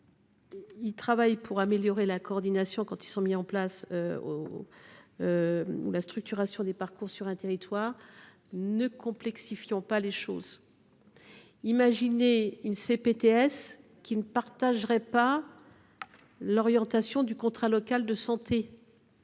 CPTS travaillent pour améliorer la coordination des soins ou la structuration des parcours sur un territoire. Ne complexifions pas les choses. Imaginez qu’une CPTS ne partage pas l’orientation du contrat local de santé